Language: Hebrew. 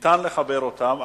ניתן לחבר אותם,